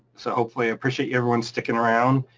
so hopefully i appreciate you everyone sticking around.